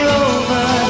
over